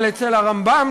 אבל אצל הרמב"ם,